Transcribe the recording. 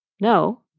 no